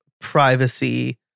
privacy